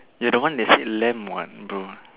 you're the one that's said lamb what bro